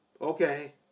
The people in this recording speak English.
okay